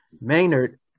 Maynard